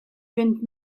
fynd